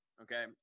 Okay